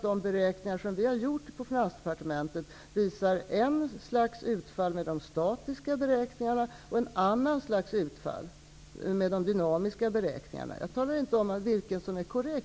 De beräkningar som vi har gjort på Finansdepartementet visar ett slags utfall med de statiska beräkningarna och ett annat slags utfall med de dynamiska beräkningarna. Jag säger inte vilken som är korrekt.